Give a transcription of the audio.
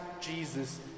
Jesus